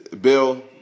Bill